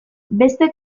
beste